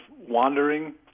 wandering